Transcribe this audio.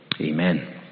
Amen